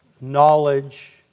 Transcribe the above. knowledge